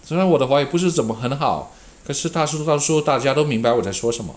虽然我的华语不是什么很好可是大叔他说大家都明白我在说什么